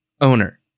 owner